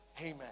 amen